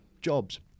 jobs